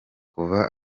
kuva